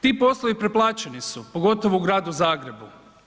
Ti poslovi preplaćeni su pogotovo u gradu Zagrebu.